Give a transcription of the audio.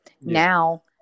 Now